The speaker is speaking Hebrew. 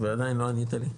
ועדיין לא ענית לי,